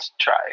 try